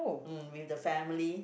mm with the family